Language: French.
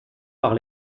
par